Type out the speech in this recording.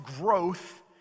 growth